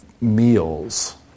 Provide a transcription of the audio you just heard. meals